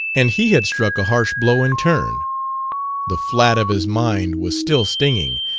and he had struck a harsh blow in turn the flat of his mind was still stinging,